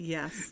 Yes